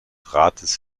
rates